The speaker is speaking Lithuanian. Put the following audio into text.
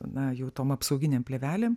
na jau tom apsauginėm plėvelėm